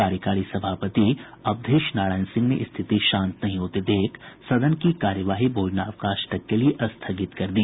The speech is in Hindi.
कार्यकारी सभापति अवधेश नारायण सिंह ने रिथति शांत नहीं होते देख सदन की कार्यवाही भोजनावकाश तक के लिये स्थगित कर दी